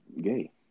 gay